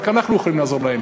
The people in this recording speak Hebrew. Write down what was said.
רק אנחנו יכולים לעזור להם.